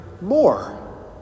more